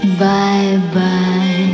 Bye-bye